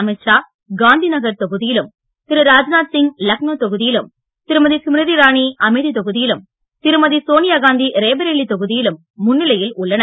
அமித்ஷாகாந்திநகர்தொகுதியிலும் திரு ராஜ்நாத்சிங்லக்னோதொகுதியிலும் திருமதிஸ்மிருதிஇரானிஅமேதிதொகுதியிலும் திருமதிசோனியாகாந்திரேபரேலிதொகுதியிலும்முன்னிலையில்உள்ளனர்